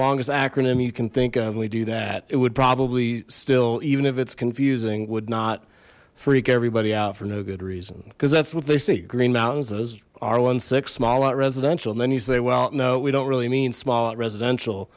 longest acronym you can think of we do that it would probably still even if it's confusing would not freak everybody out for no good reason cuz that's what they see green mountains as our one six smaller residential then you say well no we don't really mean small residential